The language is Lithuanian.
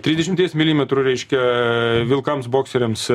trisdešimties milimetrų reiškia vilkams bokseriams